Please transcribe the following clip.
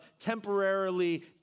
temporarily